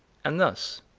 and thus,